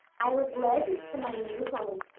i was led to my new home,